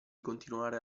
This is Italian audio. continuare